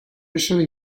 essere